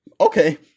okay